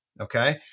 okay